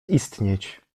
istnieć